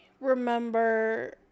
remember